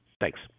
Thanks